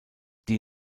die